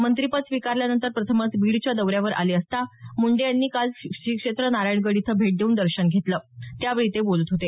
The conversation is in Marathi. मंत्रीपद स्वीकारल्यानंतर प्रथमच बीडच्या दौऱ्यावर आले असता मुंडे यांनी काल श्रीक्षेत्र नारायण गड इथं भेट देऊन दर्शन घेतलं त्यावेळी ते बोलत होते